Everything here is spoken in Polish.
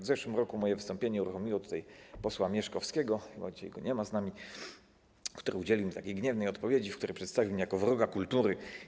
W zeszłym roku moje wystąpienie uruchomiło tutaj posła Mieszkowskiego - chyba dzisiaj go nie ma z nami - który udzielił mi gniewnej odpowiedzi, w której przedstawił mnie jako wroga kultury.